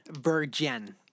Virgin